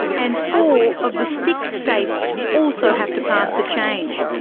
and four of the six states also have to pass the change.